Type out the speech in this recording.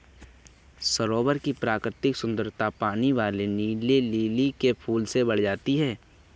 सरोवर की प्राकृतिक सुंदरता पानी वाले नीले लिली के फूल से बढ़ जाती है